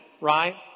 right